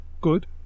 good